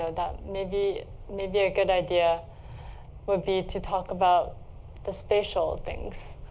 ah that may be may be a good idea would be to talk about the spatial things,